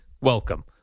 Welcome